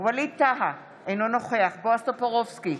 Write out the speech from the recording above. ווליד טאהא, אינו נוכח בועז טופורובסקי,